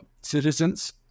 citizens